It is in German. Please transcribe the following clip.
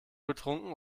getrunken